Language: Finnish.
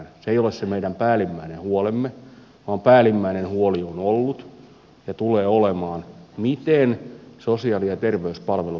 se ei ole se meidän päällimmäinen huolemme vaan päällimmäinen huoli on ollut ja tulee olemaan miten sosiaali ja terveyspalvelut tässä maassa järjestetään